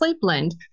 blend